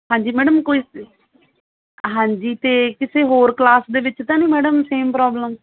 ਹਾਂਜੀ ਮੈਡਮ ਕੋਈ ਹਾਂਜੀ ਅਤੇ ਕਿਸੇ ਹੋਰ ਕਲਾਸ ਦੇ ਵਿੱਚ ਤਾਂ ਨਹੀਂ ਮੈਡਮ ਸੇਮ ਪ੍ਰੋਬਲਮ